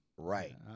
Right